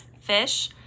fish